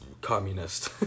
Communist